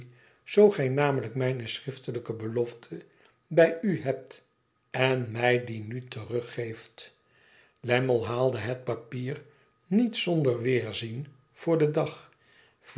zoo gij namelijk mijne schriftelijkebelofte bij u hebt en mij die nu teruggeeft lammie haalde het papier niet zonder weerzin voor den dag